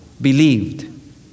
believed